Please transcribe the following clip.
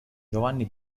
giovanni